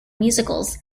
musicals